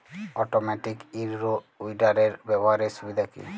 Automatic in row উইডারের ব্যবহারের সুবিধা কি?